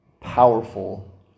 powerful